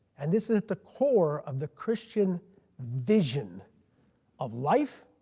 and this is the core of the christian vision of life,